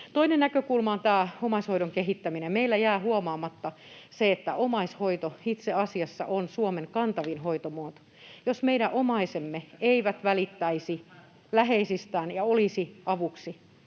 Toinen näkökulma on tämä omaishoidon kehittäminen. Meillä jää huomaamatta se, että omaishoito itse asiassa on Suomen kantavin hoitomuoto. Jos meidän omaisemme eivät välittäisi läheisistään ja olisi avuksi,